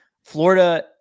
Florida